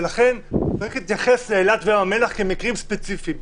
לכן צריך להתייחס לאילת ולים המלח כמקרים ספציפיים,